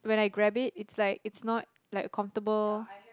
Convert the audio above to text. when I grabbed it it's like it's not like comfortable